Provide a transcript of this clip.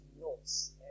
notes